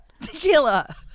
Tequila